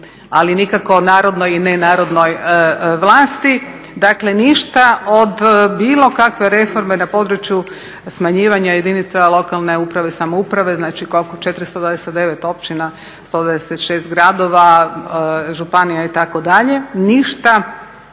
ali nikako o narodnoj ili nenarodnoj vlasti. Dakle ništa od bilo kakve reforme na području smanjivanja lokalne uprave i samouprave znači koliko, 429 općina 126 gradova, županija itd., ništa